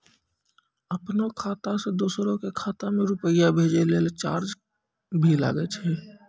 आपनों खाता सें दोसरो के खाता मे रुपैया भेजै लेल चार्ज भी लागै छै?